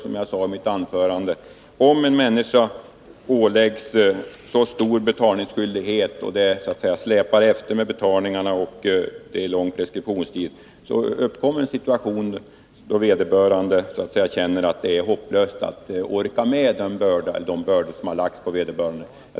Som jag sade tidigare: Om en människa släpar efter med betalningarna och det är lång preskriptionstid så uppkommer en situation då vederbörande känner att det är hopplöst med de bördor som lagts på vederbörande — man orkar inte med.